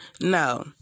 No